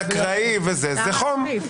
המדינה אמרה שזה לא מהלך חיים רגיל,